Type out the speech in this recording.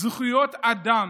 זכויות אדם